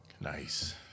Nice